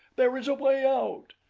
there is a way out!